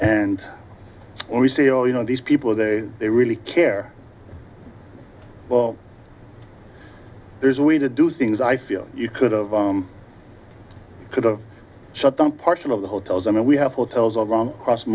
and when we say oh you know these people that they really care well there's a way to do things i feel you could of could have shut down parts of the hotels i mean we have hotels around cross